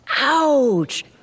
Ouch